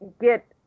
get